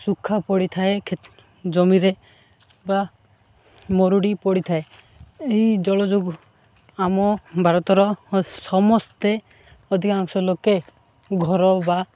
ଶୁଖା ପଡ଼ିଥାଏ କ୍ଷେତ୍ ଜମିରେ ବା ମରୁଡ଼ି ପଡ଼ିଥାଏ ଏହି ଜଳ ଯୋଗ ଆମ ଭାରତର ସମସ୍ତେ ଅଧିକାଂଶ ଲୋକେ ଘର ବା